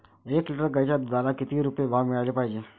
एक लिटर गाईच्या दुधाला किती रुपये भाव मिळायले पाहिजे?